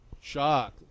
shock